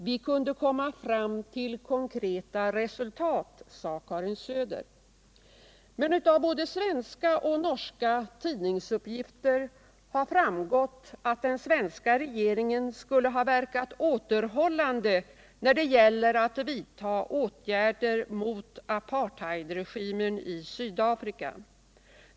Vi kunde komma fram till konkreta resultat, sade hon. Men av både svenska och norska tidningsuppgifter har framgått att den svenska regeringen skulle ha verkat återhållande när det gäller att vidta åtgärder mot apartheidregimen i Sydafrika.